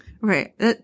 Right